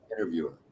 interviewer